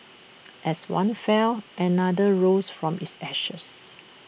as one fell another rose from its ashes